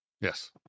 Yes